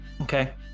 Okay